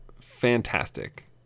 fantastic